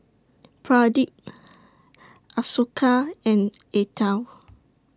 Pradip Ashoka and Atal